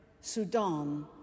Sudan